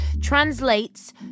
translates